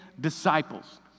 disciples